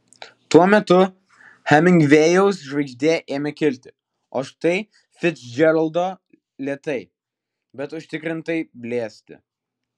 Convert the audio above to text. tuo metu hemingvėjaus žvaigždė ėmė kilti o štai ficdžeraldo lėtai bet užtikrintai blėsti